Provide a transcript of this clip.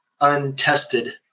untested